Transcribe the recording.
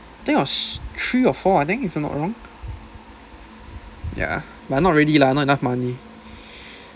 think it was three or four I think if I'm not wrong ya but not really lah not enough money